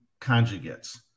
conjugates